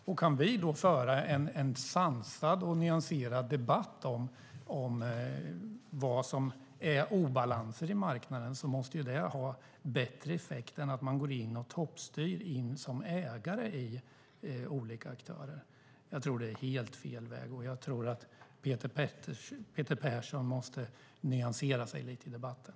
Om vi kan föra en sansad och nyanserad debatt om vad som är obalanser i marknaden måste det ha bättre effekt än att toppstyra som ägare i olika aktörer. Det är helt fel väg. Jag tror att Peter Persson måste nyansera sig lite i debatten.